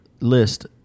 list